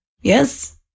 Yes